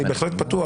אני בהחלט פתוח,